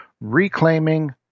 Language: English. reclaiming